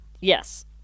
yes